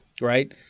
right